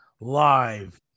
live